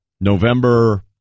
November